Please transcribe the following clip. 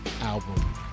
album